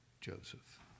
Joseph